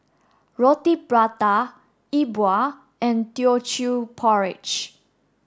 Roti Prata E Bua and teochew porridge